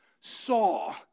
saw